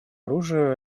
оружию